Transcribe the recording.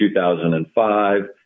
2005